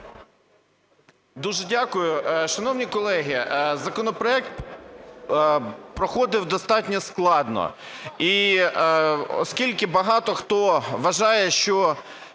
Дуже дякую. Шановні колеги, законопроект проходив достатньо складно.